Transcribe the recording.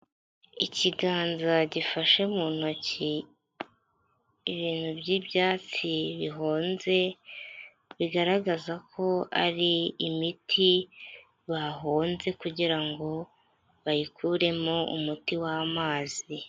Ikiganza gifashe mu ntoki ibintu by'ibyatsi bihonze; bigaragaza ko ari imiti bahonze kugira ngo bayikuremo umuti w'amazi.